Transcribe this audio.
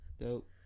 dope